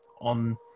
on